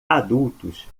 adultos